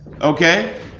okay